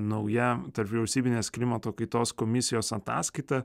nauja tarpvyriausybinės klimato kaitos komisijos ataskaita